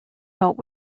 help